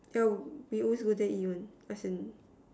yeah I always go there and eat one as in